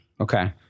Okay